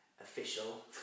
official